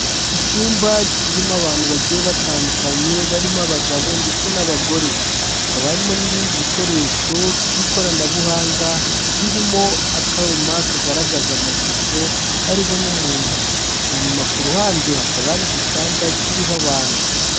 Icyumba kirimo abantu bagiye batandukanye barimo abagabo ndetse n'abagore. Hakaba harimo n'ibindi bikoresho by'ikoranabuhanga birimo akuma kagaragaza amashusho hariho n'umuntu, Inyuma ku ruhande hakaba hari igitanda kiriho abantu.